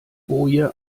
boje